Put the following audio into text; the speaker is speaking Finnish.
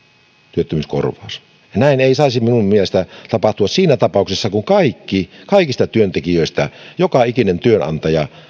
työttömyyskorvaus näin ei saisi minun mielestäni tapahtua siinä tapauksessa kun kaikista työntekijöistä maksaa joka ikinen työnantaja